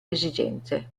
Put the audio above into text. esigenze